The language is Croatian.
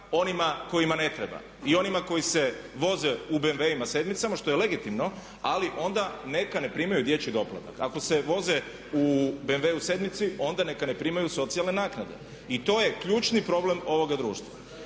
onima kojima ne treba i onima koji se voze u BMW7 što je legitimno ali onda neka ne primaju dječji doplatak. Ako se voze u BMW7 onda neka ne primaju socijalne naknade. I to je ključni problem ovoga društva